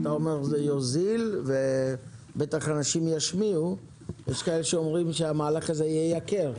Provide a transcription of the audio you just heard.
אתה אומר שזה יוזיל ויש כאלה שאומרים שהמהלך הזה ייקר.